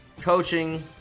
coaching